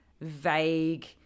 vague